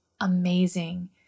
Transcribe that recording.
amazing